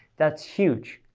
that's huge.